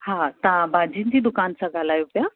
हा तव्हां भाॼियुनि जी दुकान सां ॻाल्हायो पिया